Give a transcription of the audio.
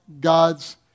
God's